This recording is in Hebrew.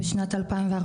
בשנת 2014,